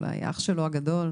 או אולי אח שלו הגדול?